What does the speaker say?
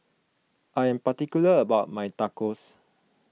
I am particular about my Tacos